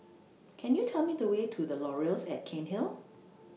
Can YOU Tell Me The Way to The Laurels At Cairnhill